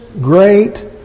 great